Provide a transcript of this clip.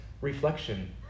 reflection